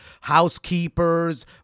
housekeepers